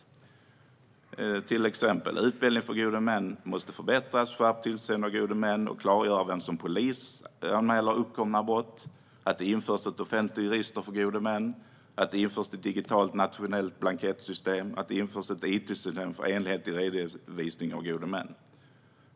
Översynen ska innefatta till exempel att utbildningen för gode män måste förbättras, att tillsynen över gode män skärps, att vem som ska polisanmäla brott klargörs, att det införs ett offentligt register för gode män, att det införs ett digitalt nationellt blankettsystem samt att det införs ett itsystem för enhetlig redovisning av gode män.